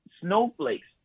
snowflakes